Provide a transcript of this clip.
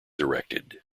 erected